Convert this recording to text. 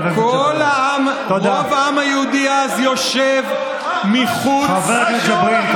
חבר הכנסת ג'בארין.